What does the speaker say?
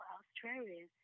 Australia